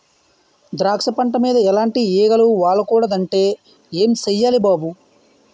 ద్రాక్ష పంట మీద ఎలాటి ఈగలు వాలకూడదంటే ఏం సెయ్యాలి బాబూ?